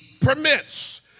permits